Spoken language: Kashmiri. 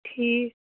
ٹھیٖک